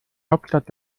hauptstadt